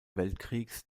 weltkriegs